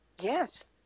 yes